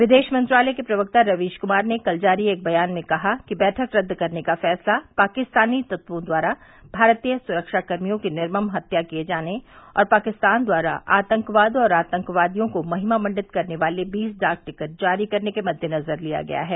विदेश मंत्रालय के प्रक्ता रवीश क्मार ने कल जारी एक बयान में कहा कि बैठक रद्द करने का फैसला पाकिस्तानी तत्वों द्वारा भारतीय सुरक्षाकर्मियों की निर्मम हत्या किये जाने और पाकिस्तान द्वारा आतंकवाद और आतंकवादियों को महिमा मंडित करने वाले बीस डाक टिकट जारी करने के मद्देनजर लिया गया है